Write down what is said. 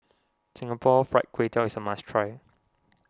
Singapore Fried Kway Tiao is a must try